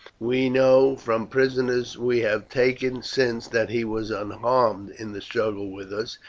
we know from prisoners we have taken since that he was unharmed in the struggle with us,